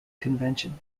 convention